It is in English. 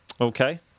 Okay